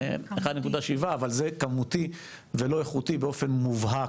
1.7%, אבל זה כמותי ולא איכותי באופן מובהק.